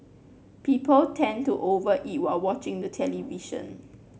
people tend to over eat while watching the television